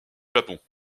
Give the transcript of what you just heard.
japon